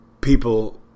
people